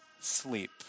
sleep